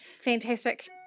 fantastic